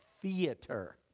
theater